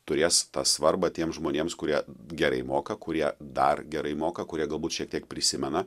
turės tą svarbą tiems žmonėms kurie gerai moka kurie dar gerai moka kurie galbūt šiek tiek prisimena